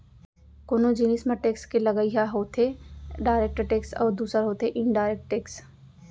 कोनो जिनिस म टेक्स के लगई ह होथे डायरेक्ट टेक्स अउ दूसर होथे इनडायरेक्ट टेक्स